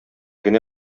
генә